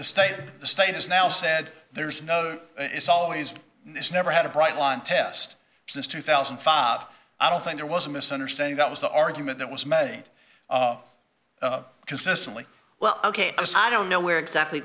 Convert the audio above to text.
the state the state has now said there is no it's always this never had a bright line test since two thousand and five i don't think there was a misunderstanding that was the argument that was made consistently well ok i don't know where exactly